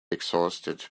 exhausted